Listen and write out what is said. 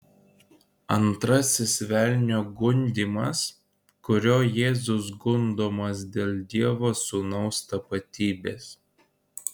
antrasis velnio gundymas kuriuo jėzus gundomas dėl dievo sūnaus tapatybės